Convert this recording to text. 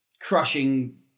crushing